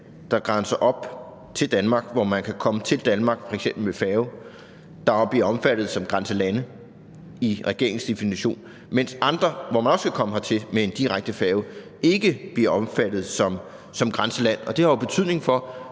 der grænser op til Danmark, og som man kan komme til Danmark fra f.eks. med færge, der vil blive opfattet som grænselande i regeringens definition, mens andre, hvorfra man også kan komme hertil med en direkte færge, ikke bliver opfattet som grænselande? Det har jo betydning for